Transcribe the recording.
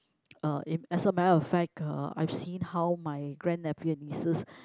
uh in as a matter of fact uh I've seen how my grand nephew and nieces